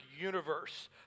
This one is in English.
universe